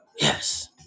Yes